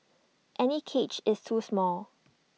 any cage is too small